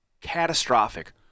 catastrophic